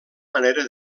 manera